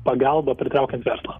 pagalba pritraukiant verslą